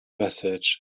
message